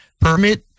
permit